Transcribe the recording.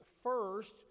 first